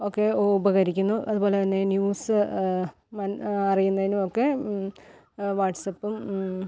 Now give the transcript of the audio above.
ഒക്കെ ഉപകരിക്കുന്നു അതുപോലെ തന്നെ ന്യൂസ് മൻ അറിയുന്നതിനും ഒക്കെ വാട്സ്ആപ്പും